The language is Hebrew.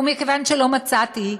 ומכיוון שלא מצאתי,